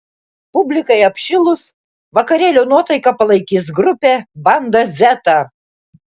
publikai apšilus vakarėlio nuotaiką palaikys grupė banda dzeta